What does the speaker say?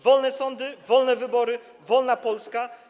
Wolne sądy, wolne wybory, wolna Polska.